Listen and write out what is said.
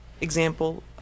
example